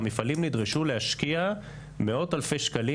והמפעלים נדרשו להשקיע מאות אלפי שקלים